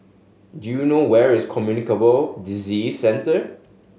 do you know where is Communicable Disease Center